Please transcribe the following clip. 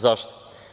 Zašto?